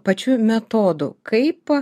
pačių metodų kaip